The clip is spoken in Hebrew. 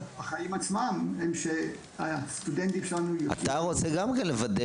החיים עצמם הם שהסטודנטים שלנו --- גם אתה רוצה לוודא